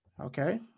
Okay